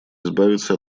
избавиться